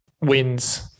wins